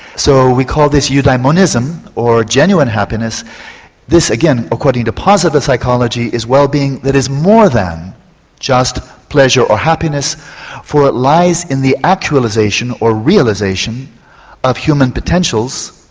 so we call this eudaimonism or genuine happiness this again according to positive psychology is wellbeing that is more than just pleasure or happiness for it lies in the actualisation or realisation of human potentials,